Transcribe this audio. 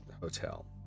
hotel